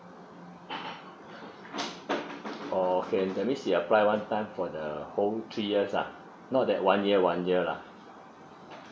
oh okay that's mean she apply one time for the whole three years lah not that one year one year lah